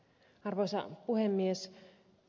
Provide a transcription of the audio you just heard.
arvoisa puhemies